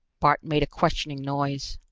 bart made a questioning noise.